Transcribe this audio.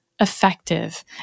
effective